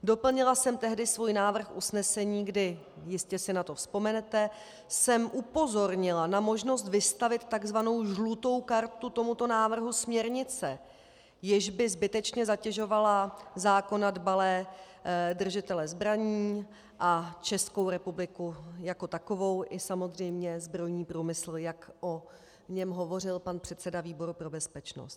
Doplnila jsem tehdy svůj návrh usnesení, kdy jistě si na to vzpomenete jsem upozornila na možnost vystavit tzv. žlutou kartu tomuto návrhu směrnice, jež by zbytečně zatěžovala zákona dbalé držitele zbraní a Českou republiku jako takovou i samozřejmě zbrojní průmysl, jak o něm hovořil pan předseda výboru pro bezpečnost.